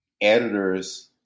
editors